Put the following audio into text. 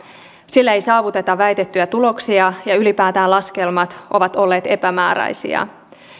sillä ei saavuteta väitettyjä tuloksia ja ylipäätään laskelmat ovat olleet epämääräisiä